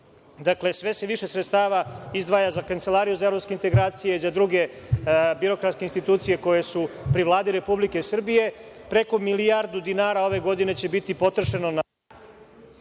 sve se više sredstava izdvaja za Kancelariju za evropske integracije i za druge birokratske institucije koje su pri Vladi Republike Srbije. Preko milijardu dinara ove godine će biti potrošeno